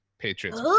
Patriots